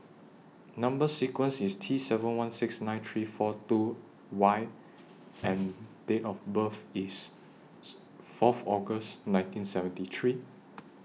Number sequence IS T seven one six nine three four two Y and Date of birth IS Fourth August nineteen seventy three